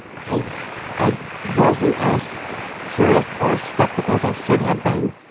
i i wasn't as curious or skeptical as i should have been.